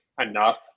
enough